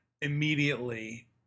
immediately